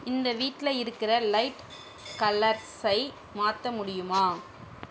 இந்த வீட்டில் இருக்கிற லைட் கலர்ஸை மாற்ற முடியுமா